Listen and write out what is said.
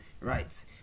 right